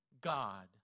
God